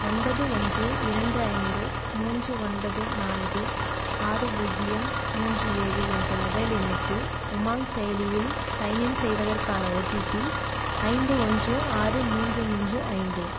ஒன்பது ஒன்று இரண்டு ஐந்து மூன்று ஒன்பது நான்கு ஆறு பூஜ்ஜியம் மூன்று ஏழு என்ற மொபைல் எண்ணுக்கு உமாங் செயலியில் சைன்இன் செய்வதற்கான ஓடிபி ஐந்து ஒன்று ஆறு மூன்று மூன்று ஐந்து